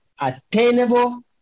attainable